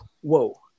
whoa